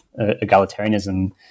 egalitarianism